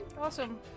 Awesome